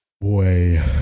boy